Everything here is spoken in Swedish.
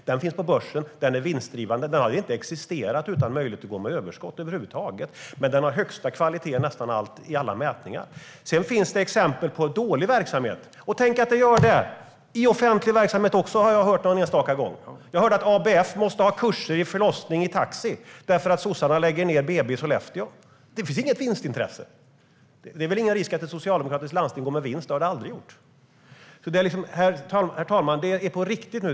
Skolan finns på börsen, den är vinstdrivande och hade inte existerat utan möjlighet att gå med överskott över huvud taget. Men den har högsta kvalitet i nästan alla mätningar. Sedan finns det exempel på dålig verksamhet. Och tänk att det gör det i offentlig verksamhet också, har jag hört någon enstaka gång! Jag hörde att ABF måste ha kurser i förlossning i taxi, därför att sossarna lägger ned BB i Sollefteå. Där finns inget vinstintresse. Det är väl ingen risk att ett socialdemokratiskt landsting går med vinst; det har det aldrig gjort. Herr talman! Det är på riktigt nu.